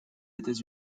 états